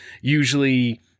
usually